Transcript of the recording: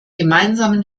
gemeinsamen